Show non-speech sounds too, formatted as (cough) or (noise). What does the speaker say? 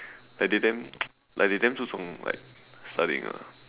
like they them (noise) like they them 注重 like studying lah